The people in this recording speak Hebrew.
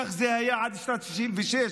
כך זה היה עד שנת 1966,